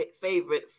favorite